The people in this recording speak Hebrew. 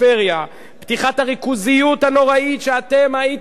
פתיחת הריכוזיות הנוראית שאתם הייתם אחראים לה,